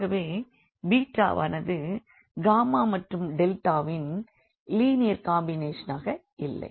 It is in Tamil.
ஆகவே ஆனது மற்றும் ன் லீனியர் காம்பினேஷன் ஆக இல்லை